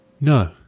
No